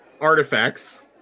artifacts